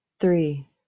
Three